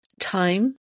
time